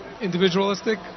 individualistic